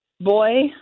boy